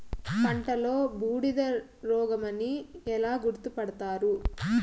పంటలో బూడిద రోగమని ఎలా గుర్తుపడతారు?